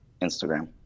Instagram